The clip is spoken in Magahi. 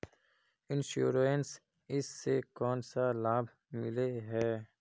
इंश्योरेंस इस से कोन सा लाभ मिले है?